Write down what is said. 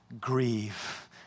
grieve